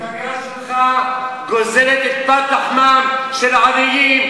בינתיים המפלגה שלך גוזלת את פת לחמם של העניים,